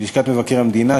ללשכת מבקר המדינה,